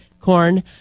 corn